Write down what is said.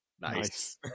nice